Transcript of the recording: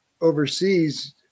overseas